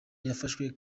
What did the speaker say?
yafashwe